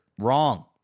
Wrong